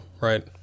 right